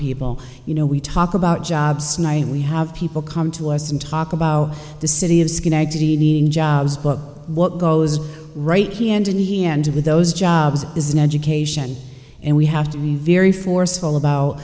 people you know we talk about jobs and i we have people come to us and talk about the city of schenectady needing jobs but what goes right he end in the end with those jobs is an education and we have to be very forceful about